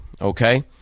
okay